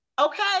okay